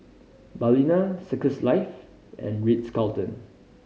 Balina Circles Life and Ritz Carlton